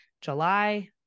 July